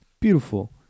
Beautiful